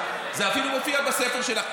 זה אפילו מופיע בספר שלך,